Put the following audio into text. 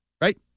Right